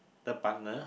the partner